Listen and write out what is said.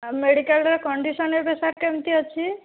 ଆଉ ମେଡ଼ିକାଲର କଣ୍ଡିସନ୍ ଏବେ ସାର୍ କେମିତି ଅଛି